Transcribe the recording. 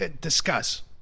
discuss